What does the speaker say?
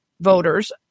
voters